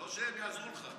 לא שהם יעזרו לך.